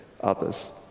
others